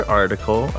article